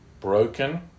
broken